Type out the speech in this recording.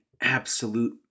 absolute